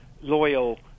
loyal